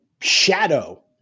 shadow